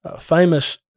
famous